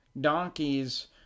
Donkeys